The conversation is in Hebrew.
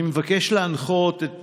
אני מבקש להנחות את פרופ'